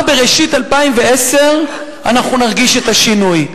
שכבר בראשית 2010 אנחנו נרגיש את השינוי.